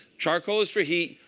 charcoal is for heat.